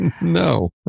no